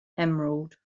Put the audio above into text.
emerald